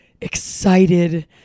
excited